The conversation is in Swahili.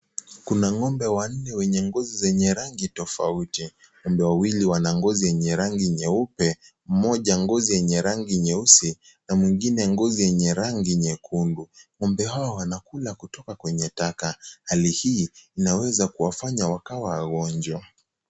Kuna ng'ombe wanne wenye ngozi zenye rangi tafauti, ngombe wawili wana ngozi yenye rangi nyeupe, mmoja ngozi yenye rangi nyeusi na mwingine ngozi yenye rangi nyekundu. Ng'ombe hawa wanakula kutoka kwenye taka, hali hii inaweza wafanya wakawa wagonjwa.